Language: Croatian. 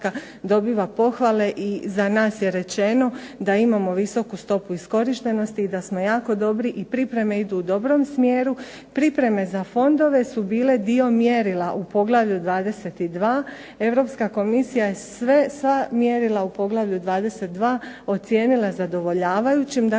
dobiva pohvale i za nas je rečeno da imamo visoku stopu iskorištenosti i da smo jako dobri i pripreme idu u dobrom smjeru. Pripreme za fondove su bile dio mjerila u poglavlju 22. Europska komisija je sva mjerila u poglavlju 22. ocijenila zadovoljavajućim. Dakle,